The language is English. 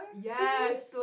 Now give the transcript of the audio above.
Yes